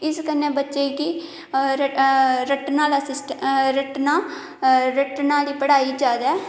इस कन्ने बच्चे गी रट्टना रट्टना रट्टन आह्ली पढ़ाई जैदा